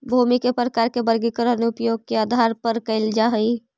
भूमि के प्रकार के वर्गीकरण उपयोग के आधार पर कैल जा हइ